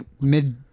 mid